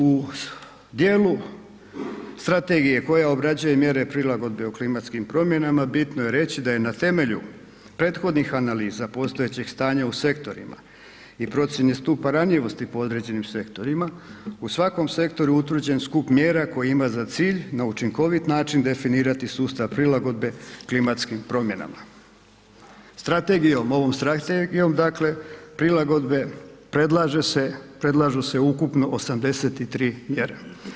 U dijelu strategije koja obrađuje mjere prilagodbe u klimatskim promjenama, bitno je reći da je na temelju prethodnih analiza postojećeg stanja u sektorima i procjeni stupnja ranjivosti po određenim sektorima, u svakom sektoru utvrđen skup mjera koje ima za cilj na učinkovit način definirati sustav prilagodbe klimatskim promjenama. strategijom, ovom Strategijom dakle, prilagodbe, predlažu se ukupno 83 mjere.